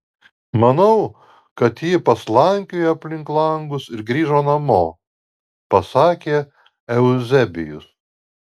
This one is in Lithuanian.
manau kad ji paslankiojo aplink langus ir grįžo namo pasakė euzebijus